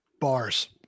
Bars